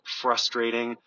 frustrating